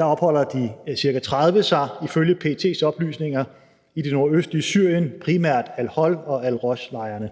opholder de ca. 30 sig ifølge PET's oplysninger i det nordøstlige Syrien, primært i al-Hol-lejren